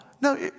No